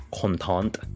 content